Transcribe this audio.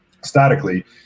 statically